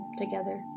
together